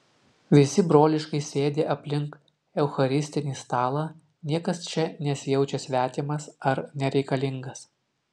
visi broliškai sėdi aplink eucharistinį stalą niekas čia nesijaučia svetimas ar nereikalingas